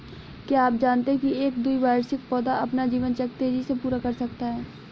क्या आप जानते है एक द्विवार्षिक पौधा अपना जीवन चक्र तेजी से पूरा कर सकता है?